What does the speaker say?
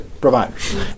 providers